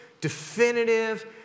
definitive